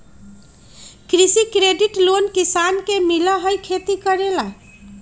कृषि credit loan किसान के मिलहई खेती करेला?